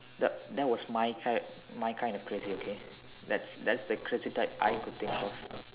yup that was my kind my kind of crazy okay that's the crazy type I could think of